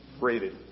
rated